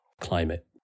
climate